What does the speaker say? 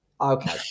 Okay